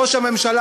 ראש הממשלה,